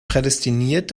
prädestiniert